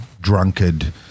drunkard